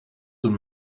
een